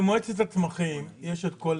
במועצת הצמחים נמצאים כל הנתונים.